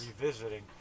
revisiting